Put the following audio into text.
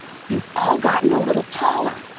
you've all gotten a little taller,